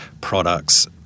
products